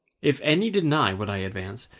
if any deny what i advance,